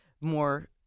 more